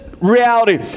reality